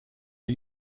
are